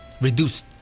reduced